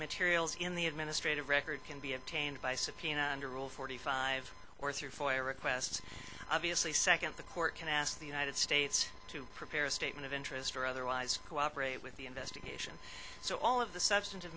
materials in the administrative record can be obtained by subpoena under rule forty five or three or four requests obviously second the court can ask the united states to prepare a statement of interest or otherwise cooperate with the investigation so all of the substan